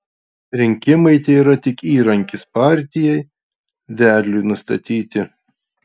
rinkimai tėra tik įrankis partijai vedliui nustatyti